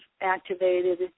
activated